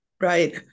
Right